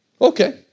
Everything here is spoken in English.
Okay